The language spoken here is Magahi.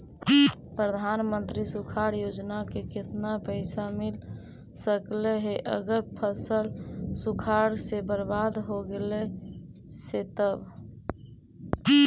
प्रधानमंत्री सुखाड़ योजना से केतना पैसा मिल सकले हे अगर फसल सुखाड़ से बर्बाद हो गेले से तब?